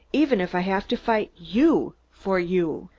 even if i have to fight you for you.